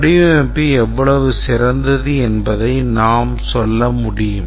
வடிவமைப்பு எவ்வளவு சிறந்தது என்பதை நாம் சொல்ல முடியும்